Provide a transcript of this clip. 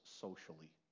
socially